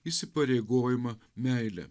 įsipareigojimą meilę